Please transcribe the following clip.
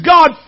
God